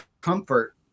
comfort